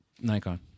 Nikon